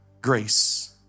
grace